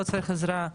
לא צריך עזרה,